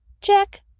check